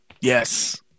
Yes